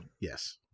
yes